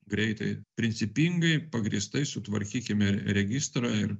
greitai principingai pagrįstai sutvarkykime registrą ir